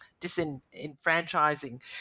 disenfranchising